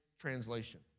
translation